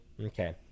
Okay